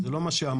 זה לא מה שאמרנו.